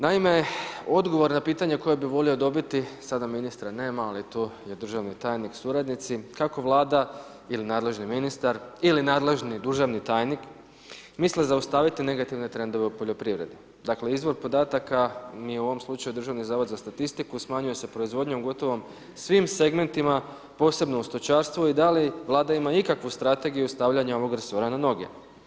Naime, odgovor na pitanje koji bi volio dobiti, sada ministra nema ali tu je državni tajnik, suradnici kako Vlada ili nadležni ministar ili nadležni državni tajnik misle zaustaviti negativne trendove u poljoprivredi, dakle izvor podataka mi je u ovom slučaju Državni zavod za statistiku, smanjuje se proizvodnjom u gotovo svim segmentima posebno u stočarstvu i da li Vlada ima ikakvu strategiju stavljanja ovog resora na noge?